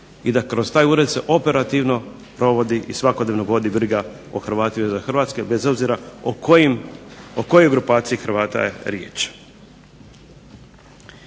i da kroz taj ured se operativno provodi i svakodnevno vodi briga o Hrvatima izvan Hrvatske bez obzira o kojoj grupaciji Hrvata je riječ.